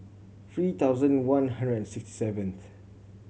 three thousand one hundred and sixty seventh